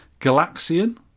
Galaxian